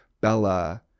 bella